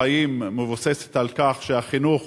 החיים מבוססת על כך שהחינוך,